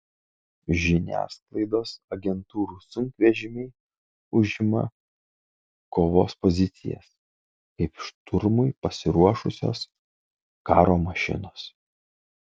žiniasklaidos agentūrų sunkvežimiai užima kovos pozicijas kaip šturmui pasiruošusios karo mašinos